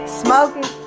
smoking